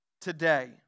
today